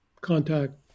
contact